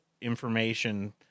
information